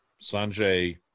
Sanjay